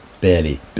Barely